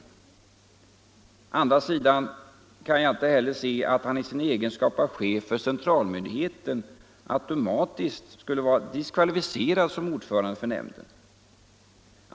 Å andra sidan kan jag inte heller se att han i sin egenskap av chef för centralmyndigheten automatiskt skulle vara diskvalificerad som ordförande för nämnden.